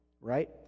right